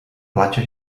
platja